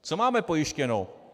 Co máme pojištěno?